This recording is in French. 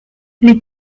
les